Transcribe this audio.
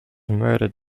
murdered